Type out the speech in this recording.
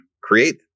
create